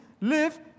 live